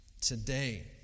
today